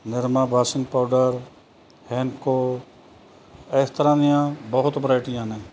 Nirma washing powder ਹੈਂਕੋ ਇਸ ਤਰ੍ਹਾਂ ਦੀਆਂ ਬਹੁਤ ਵਿਰਾਈਟੀਆਂ ਨੇ